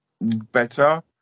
better